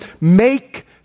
make